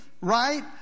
right